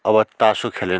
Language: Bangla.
আবার তাসও খেলেন